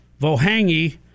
vohangi